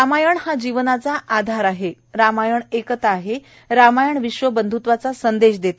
रामायण जीवनाचा आधार आहे रामायण एकता आहे रामायण विश्वबंधृत्वाचा संदेश देते